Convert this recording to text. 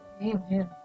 Amen